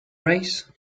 race